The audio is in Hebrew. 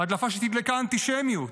הדלפה שתדלקה אנטישמיות,